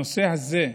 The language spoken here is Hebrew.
הנושא הזה,